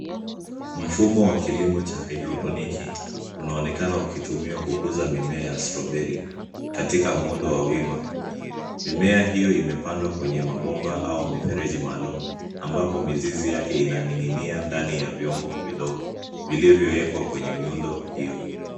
Mfumo wa kilimo cha haidroponiki unaonekana ukitumiwa kukuza mimea ya strawberry katika muundo wa wima. Mimea hiyo imepandwa kwenye mabomba au mifereji maalum ambapo mizizi yake inaning'nia ndani ya vyombo vidogo, vilivyowekwa kwenye miundo hiyo.